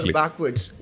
backwards